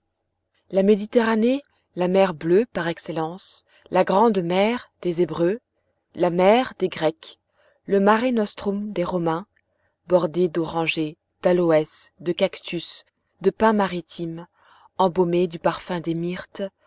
la méditerranée la mer bleue par excellence la grande mer des hébreux la mer des grecs le mare nostrum des romains bordée d'orangers d'aloès de cactus de pins maritimes embaumée du parfum des myrtes